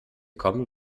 kommen